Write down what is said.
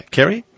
Kerry